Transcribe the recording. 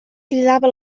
cridava